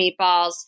meatballs